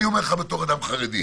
אני אומר לך בתור אדם חרדי,